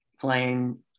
playing